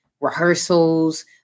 rehearsals